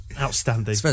Outstanding